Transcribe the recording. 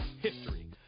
history